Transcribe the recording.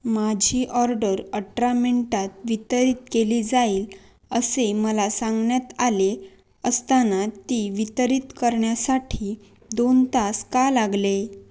माझी ऑर्डर अठरा मिनटात वितरित केली जाईल असे मला सांगण्यात आले असताना ती वितरित करण्यासाठी दोन तास का लागले